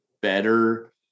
better